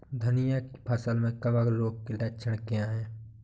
धनिया की फसल में कवक रोग के लक्षण क्या है?